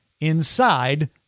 inside